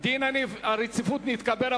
דין הרציפות נתקבל.